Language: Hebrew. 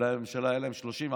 אולי לממשלה היו 30,